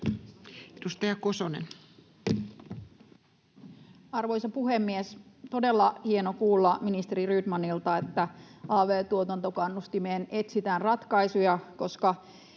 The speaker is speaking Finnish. Edustaja Kosonen. Arvoisa puhemies! Todella hienoa kuulla ministeri Rydmanilta, että av-tuotantokannustimeen etsitään ratkaisuja, koska